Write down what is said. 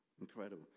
incredible